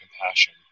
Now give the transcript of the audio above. compassion